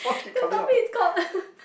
the topic is called